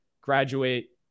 graduate